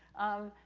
um,